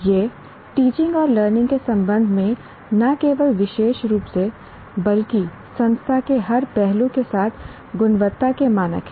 यह टीचिंग और लर्निंग के संबंध में न केवल विशेष रूप से बल्कि संस्था के हर पहलू के साथ गुणवत्ता के मानक हैं